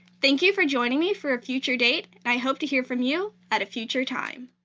thank you for joining me for a future date, and i hope to hear from you at a future time.